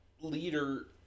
leader